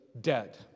dead